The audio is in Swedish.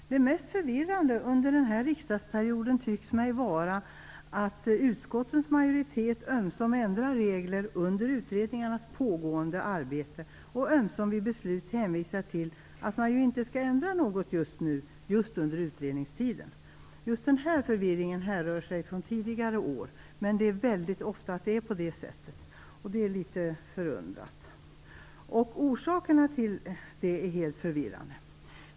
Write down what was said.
Fru talman! Det mest förvirrande under den här riksdagsperioden tycks mig vara att utskottens majoritet ömsom ändrar regler under utredningarnas pågående arbete och ömsom vid beslut hänvisar till att man inte skall ändra någonting under utredningstiden. Just den här förvirringen härrör sig från tidigare år, men det är väldigt ofta på det sättet. Det är litet förundrande, och orsakerna till det är helt förvirrande.